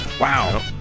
wow